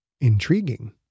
Intriguing